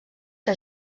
que